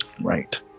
Right